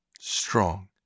strong